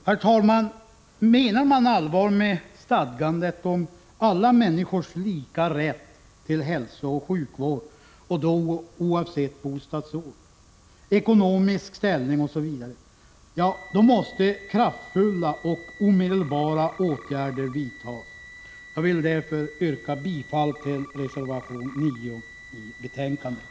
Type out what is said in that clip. Herr talman! Menar man allvar med stadgandet om alla människors lika rätt till hälsooch sjukvård oavsett bostadsort, ekonomisk ställning osv., måste kraftfulla och omedelbara åtgärder vidtas. Jag yrkar därför bifall till reservation 9 i betänkandet.